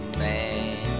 man